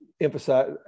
emphasize